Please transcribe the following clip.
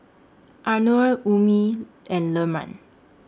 Anuar Ummi and Leman